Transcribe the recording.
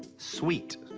sweet.